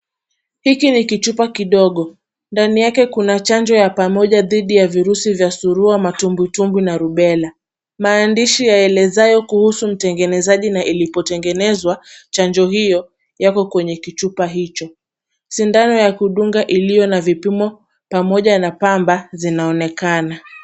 Hiki ni kichupa kidogo. Ndani yake kuna chanjo ya pamoja dhidi ya virusi vya surua, matumbwitumbwi na rubela. Maandishi yaelezayo kuhusu mtengenezaji na ilipotengenezwa chanjo hiyo yako kwenye kichupa hicho. Sindano ya kudunga iliyo na vipimo pamoja na pamba zinaonekana.